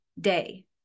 day